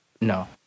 No